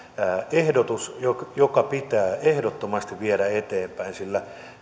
ehdotus joka joka pitää ehdottomasti viedä eteenpäin sillä